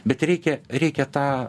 bet reikia reikia tą